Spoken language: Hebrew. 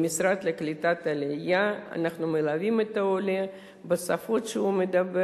במשרד לקליטת עלייה אנחנו מלווים את העולה בשפות שהוא מדבר.